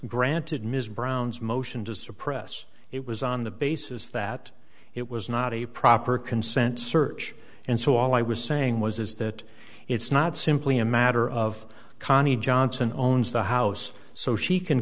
granted ms brown's motion to suppress it was on the basis that it was not a proper consent search and so all i was saying was is that it's not simply a matter of cannae johnson owns the house so she can